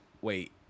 Wait